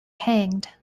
hanged